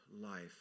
life